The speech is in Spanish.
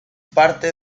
parte